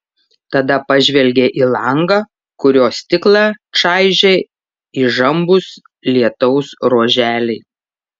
tada pažvelgė į langą kurio stiklą čaižė įžambūs lietaus ruoželiai